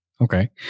Okay